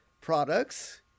products